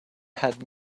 had